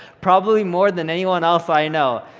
probably more than anyone else i know.